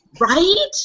Right